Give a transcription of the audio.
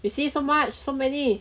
we see so much so many